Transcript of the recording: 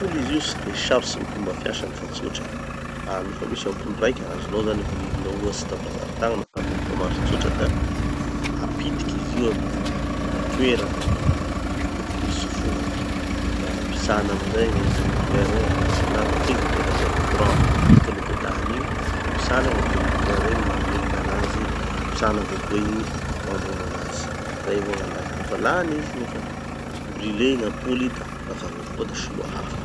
gn'ampoule izy io tsy de sarotsy gny fomba fiasany fa tsotra. Ah nofa misy ampoule raiky azonao zany vinidinao ohatsy ta bazary tagny na tamy olo mpamarotsy tsotra da apitiky izy io amy gny toera ah tokony hitsofohany, da pitsana amizay gn'interrupteur igny hahitava anazy nofa izy mipetaky amy courant tokony hipetahany igny, pitsana gn'interrupteur igny mamelona anazy da pitsana avao koa igny mamono anazy. zay avao gn'anazy. Nofa lany izy, nofa brulée gn'ampoule da ova hafa avao koa da soloa hafa.